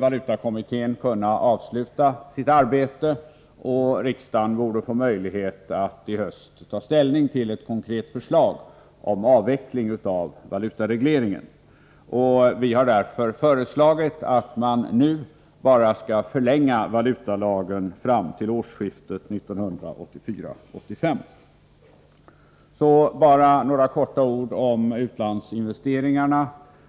valutakommittén nu borde kunna avsluta sitt arbete och riksdagen få möjlighet att i höst ta ställning till ett konkret förslag om avveckling av valutaregleringen. Vi har av den anledningen föreslagit att riksdagen i dag bara skall förlänga valutalagen fram till årsskiftet 1984-1985. Så några få ord om utlandsinvesteringarna.